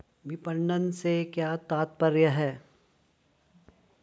विपणन से क्या तात्पर्य है?